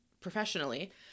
professionally